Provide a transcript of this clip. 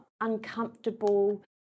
uncomfortable